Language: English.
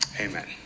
Amen